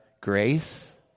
grace